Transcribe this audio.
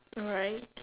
right